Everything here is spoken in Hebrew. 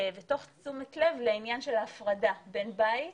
תוך תשומת לב לעניין של ההפרדה בין בית